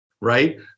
right